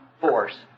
force